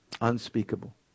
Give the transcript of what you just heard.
Unspeakable